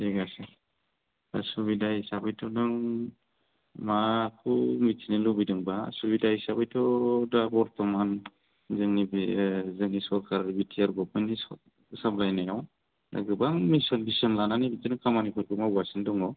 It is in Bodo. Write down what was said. थिख आसे सुबिदा हिसाबैथ' नों माखौ मिथिनो लुबैदोंबा सुबिदा हिसाबैथ' दा बर्थमान जोंनि बे जोंनि सरखार बिटिआर गभर्नमेन्टनि सामलायनायाव दा गोबां मिसन भिजोन लानानै बिदिनो खामानिफोरखौ मावगासिनो दङ